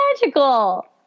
magical